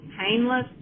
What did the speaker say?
painless